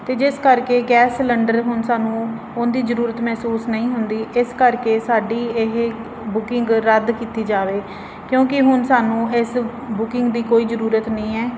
ਅਤੇ ਜਿਸ ਕਰਕੇ ਗੈਸ ਸਿਲੰਡਰ ਹੁਣ ਸਾਨੂੰ ਉਹਦੀ ਜ਼ਰੂਰਤ ਮਹਿਸੂਸ ਨਹੀਂ ਹੁੰਦੀ ਇਸ ਕਰਕੇ ਸਾਡੀ ਇਹ ਬੁਕਿੰਗ ਰੱਦ ਕੀਤੀ ਜਾਵੇ ਕਿਉਂਕਿ ਹੁਣ ਸਾਨੂੰ ਇਸ ਬੁਕਿੰਗ ਦੀ ਕੋਈ ਜ਼ਰੂਰਤ ਨਹੀਂ ਹੈ